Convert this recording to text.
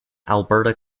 alberta